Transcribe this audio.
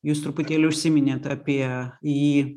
jūs truputėlį užsiminėt apie jį